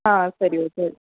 ஆ சரி ஓகே